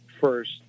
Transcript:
first